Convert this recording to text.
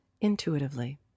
intuitively